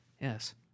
yes